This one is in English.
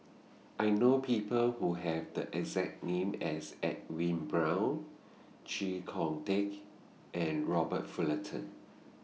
I know People Who Have The exact name as Edwin Brown Chee Kong Tet and Robert Fullerton